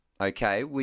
okay